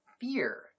fear